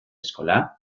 eskola